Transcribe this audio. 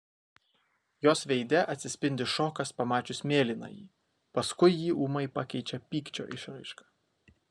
jos veide atsispindi šokas pamačius mėlynąjį paskui jį ūmai pakeičia pykčio išraiška